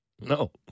No